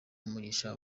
umugisha